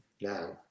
Now